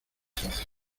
rechazo